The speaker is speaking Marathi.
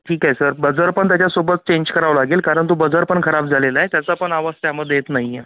ठीक आहे सर बजर पण त्याच्यासोबत चेंज करावा लागेल कारण तो बजर पण खराब झालेला आहे त्याचा पण आवाज त्यामध्ये येत नाही आहे